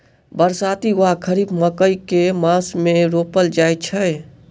बरसाती वा खरीफ मकई केँ मास मे रोपल जाय छैय?